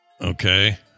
Okay